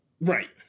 right